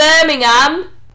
Birmingham